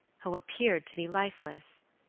who appeared to be lifeless.